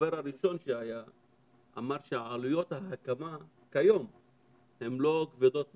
הדובר הראשון שהיה אמר שהעלויות של ההקמה כיום הן לא כבדות מדי.